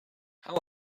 how